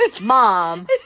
mom